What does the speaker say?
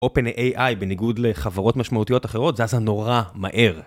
OpenAI בניגוד לחברות משמעותיות אחרות, זזה. נורא. מהר.